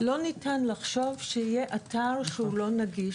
לא ניתן לחשוב שיהיה אתר שהוא לא נגיש,